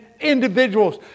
individuals